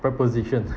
proposition